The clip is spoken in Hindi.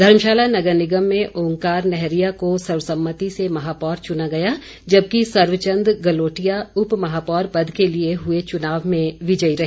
धर्मशाला नगर निगम में ओंकार नेहरिया को सर्वसम्मति से महापौर चुना गया जबकि सर्वचंद गलोटिया उपमहापौर पद के लिए हुए चुनाव में विजयी रहे